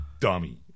dummy